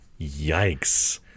Yikes